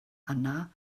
yna